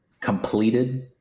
completed